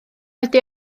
wedi